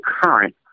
current